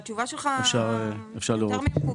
התשובה שלך יותר ממקובלת.